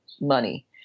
money